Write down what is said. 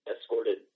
escorted